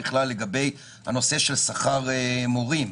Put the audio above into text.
לגבי שכר מורים.